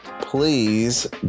Please